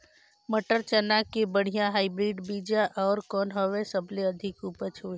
मटर, चना के बढ़िया हाईब्रिड बीजा कौन हवय? सबले अधिक उपज होही?